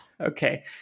Okay